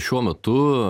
šiuo metu